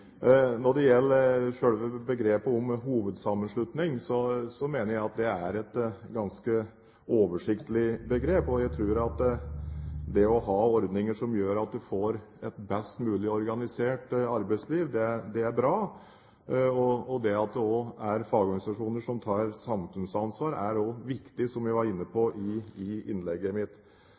Når det gjelder selve begrepet «hovedsammenslutning», mener jeg at det er et ganske oversiktlig begrep, og jeg tror at det å ha ordninger som gjør at man får et best mulig organisert arbeidsliv, er bra. Det at det er fagorganisasjoner som tar samfunnsansvar, er også viktig, som jeg var inne på i innlegget mitt.